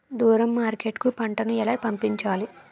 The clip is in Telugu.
దూరం మార్కెట్ కు పంట ను ఎలా పంపించాలి?